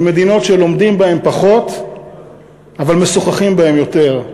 מדינות שלומדים בהן פחות אבל משוחחים בהן יותר.